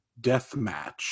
Deathmatch